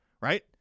Right